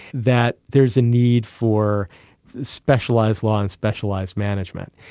that there is a need for specialised law and specialised management.